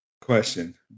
question